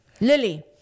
Lily